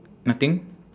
nothing